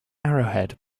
arrowhead